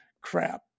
crap